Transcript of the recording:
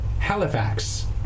Halifax